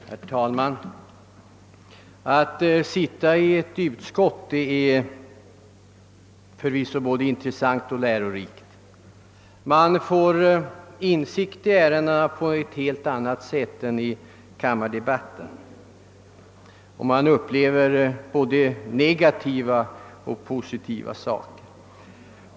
Herr talman! Att sitta i ett utskott är förvisso både intressant och lärorikt. Man får insikt i ärendena på ett helt annat sätt än i kammardebatten, och man upplever både negativa och positi va saker.